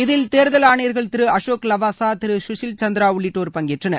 இதில் தேர்தல் ஆணையர்கள் திரு அசோக் லவாசா திரு சுஷில் சந்திரா உள்ளிட்டோர் பங்கேற்றனர்